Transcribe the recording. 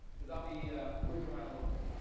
cause i'll be movin around a little bit.